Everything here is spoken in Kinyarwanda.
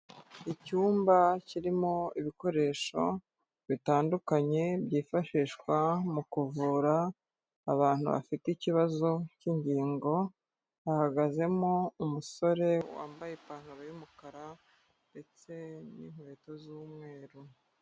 Icyumba kirimo ibikoresho bitandukanye, byifashishwa mu kuvura abantu bafite ikibazo k'ingingo, hahagazemo umusore wambaye ipantaro y'umukara ndetse n'inkweto z'umweru.